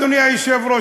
אדוני היושב-ראש,